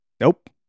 Nope